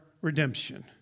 redemption